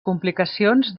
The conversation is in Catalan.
complicacions